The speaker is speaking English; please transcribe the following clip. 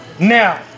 Now